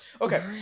Okay